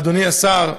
אדוני השר,